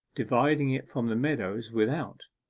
dividing it from the meadows without.